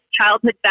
childhood